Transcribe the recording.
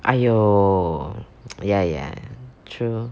!aiyo! ya ya true